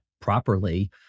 properly